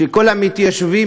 שכל המתיישבים,